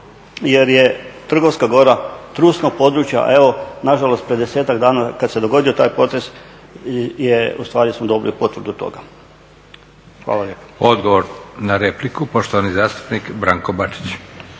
jer je Trgovska gora trusno područje, a evo nažalost 50-ak dana kad se dogodio taj potres ustvari smo dobili potvrdu toga. Hvala lijepa. **Leko, Josip (SDP)** Odgovor na repliku, poštovani zastupnik Branko Bačić.